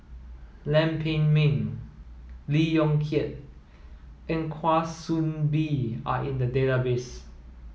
Lam Pin Min Lee Yong Kiat and Kwa Soon Bee are in the database